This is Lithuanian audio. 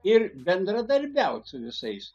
ir bendradarbiaut su visais